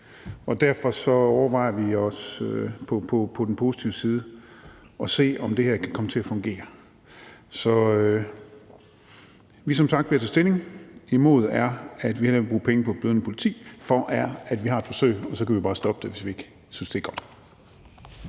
og derfor overvejer vi også på den positive side at se, om det her kan komme til at fungere. Så vi er som sagt ved at tage stilling. Imod er, at vi hellere vil bruge penge på et blødende politi; for er, at vi har et forsøg, og så kan vi bare stoppe det, hvis ikke vi synes, det er godt.